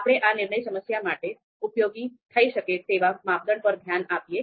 આપણે આ નિર્ણય સમસ્યા માટે ઉપયોગી થઈ શકે તેવા માપદંડ પર ધ્યાન આપીએ